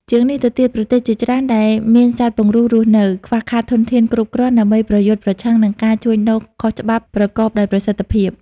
ជាងនេះទៅទៀត ប្រទេសជាច្រើនដែលមានសត្វពង្រូលរស់នៅ ខ្វះខាតធនធានគ្រប់គ្រាន់ ដើម្បីប្រយុទ្ធប្រឆាំងនឹងការជួញដូរខុសច្បាប់ប្រកបដោយប្រសិទ្ធភាព។